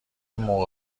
موقع